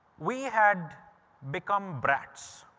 we had become brats.